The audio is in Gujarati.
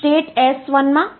તેથી આપણે તે ભાગમાં જઈશું નહીં